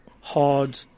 hard